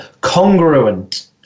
congruent